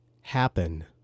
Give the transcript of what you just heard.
happen